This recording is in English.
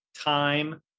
Time